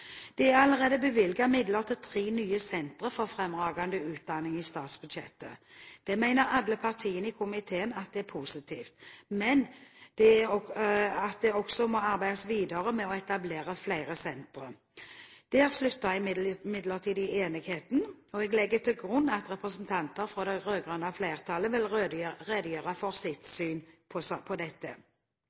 er det allerede bevilget midler til tre nye sentre for fremragende utdanning. Det mener alle partiene i komiteen er positivt, men det må også arbeides videre med å etablere flere sentre. Der slutter imidlertid enigheten. Jeg legger til grunn at representanter for det rød-grønne flertallet vil redegjøre for sitt syn på dette. Fremskrittspartiet mener imidlertid at vi i perioden framover fra Stortingets side må jobbe målrettet med å styrke kvaliteten på